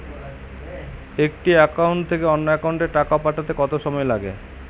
একটি একাউন্ট থেকে অন্য একাউন্টে টাকা পাঠাতে কত সময় লাগে?